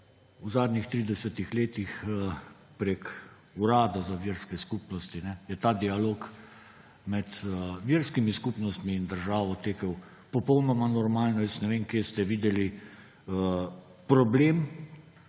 v zadnjih 30-ih letih preko urada za verske skupnosti je ta dialog med verskimi skupnostmi in državo tekel popolnoma normalno, jaz ne vem kje ste videli problem.